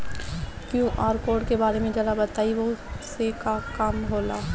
QR code के बारे में जरा बताई वो से का काम होला?